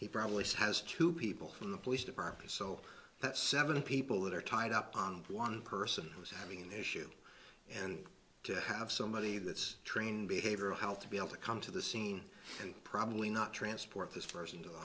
he probably has two people from the police department so that's seven people that are tied up on one person who's having an issue and to have somebody that's trained behavioral health to be able to come to the scene and probably not transport this person to